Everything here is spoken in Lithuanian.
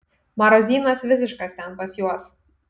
marozynas visiškas ten pas juos